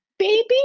Baby